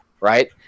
right